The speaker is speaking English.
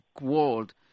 world